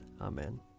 Amen